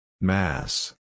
Mass